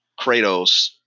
Kratos